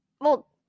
Well-